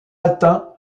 latin